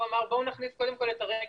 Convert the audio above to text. הוא אמר בואו נכניס קודם כל הרגל.